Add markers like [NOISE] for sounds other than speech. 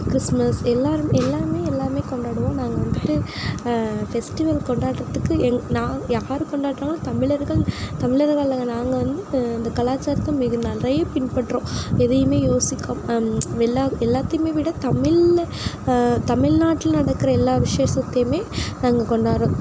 Christmas எல்லாரும் எல்லாமே எல்லாருமே கொண்டாடுவோம் நாங்கள் வந்துட்டு ஃபெஸ்டிவல் கொண்டாடுகிறதுக்கு எங் நா யார் கொண்டாடுறோம்னா தமிழர்கள் தமிழர்களான நாங்கள் வந்து அந்த கலாச்சாரத்தை [UNINTELLIGIBLE] நிறைய பின்பற்றோம் எதையுமே யோசிக்க எல்லா எல்லாத்தையுமே விட தமிழ்ல தமிழ்நாட்டில நடக்குற எல்லா விசேஷத்தையுமே நாங்கள் கொண்டாடுறோம்